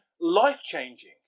life-changing